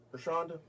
Rashonda